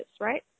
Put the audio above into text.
right